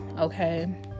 okay